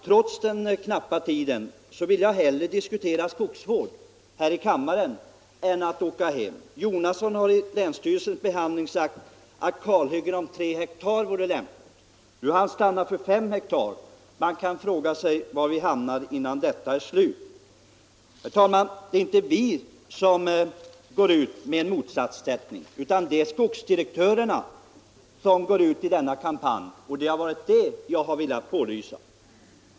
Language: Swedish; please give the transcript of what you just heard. Trots den knappa tiden vill jag hellre diskutera skogsvård här i kammaren än åka hem. Herr Jonasson har vid länsstyrelsens behandling sagt att kalhyggen om tre hektar vore lämpligt. Här stannar han för fem hektar. Man kan fråga sig var vi till slut skall hamna. Det är inte vi som skapar motsatsförhållanden utan det är skogsdirektörerna som går ut i denna kampanj.